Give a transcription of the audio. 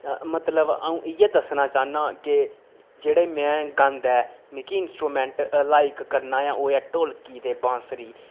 मतलब आऊं इयै दस्सना चाहन्नां कि जेह्ड़ा में गांदा ऐ मिगी इंस्ट्रूमैंट लाइक करना ऐ ओह् ऐ ढोलकी ते बांसुरी